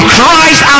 Christ